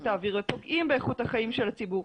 האוויר ופוגעים באיכות החיים של הציבור.